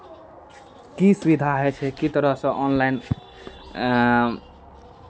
की सुविधा होइ छै की तरहसँ ऑनलाइन